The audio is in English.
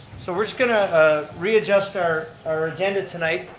so we're just going to readjust our our agenda tonight.